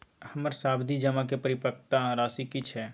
हमर सावधि जमा के परिपक्वता राशि की छै?